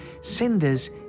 Cinders